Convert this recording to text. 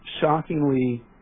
shockingly